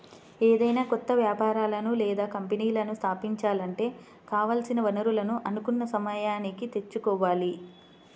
ఏదైనా కొత్త వ్యాపారాలను లేదా కంపెనీలను స్థాపించాలంటే కావాల్సిన వనరులను అనుకున్న సమయానికి తెచ్చుకోవాలి